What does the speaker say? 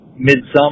Midsummer